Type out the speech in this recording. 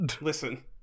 Listen